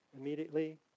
immediately